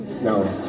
No